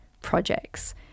projects